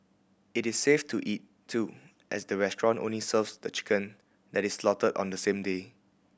it is safe to eat too as the restaurant only serves the chicken that is slaughtered on the same day